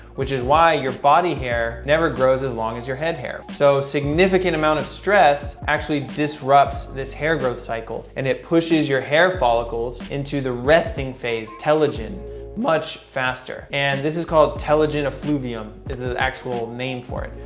which is why your body hair never grows as long as your head hair. so significant amount of stress actually disrupts this hair growth cycle and it pushes your hair follicles into the resting phase telogen much faster and this is called telogen effluvium there's an actual name for it.